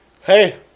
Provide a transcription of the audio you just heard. Hey